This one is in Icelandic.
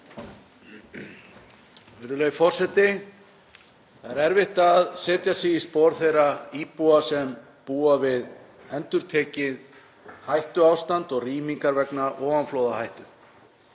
Virðulegi forseti. Það er erfitt að setja sig í spor þeirra íbúa sem búa við endurtekið hættuástand og rýmingar vegna ofanflóðahættu.